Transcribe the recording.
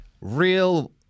real